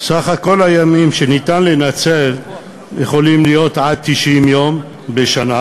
סך כל הימים שניתן לנצל יכול להיות עד 90 יום בשנה,